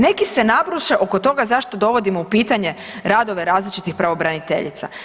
Neki se nabruse oko toga zašto dovodimo u pitanje radove različitih pravobraniteljica.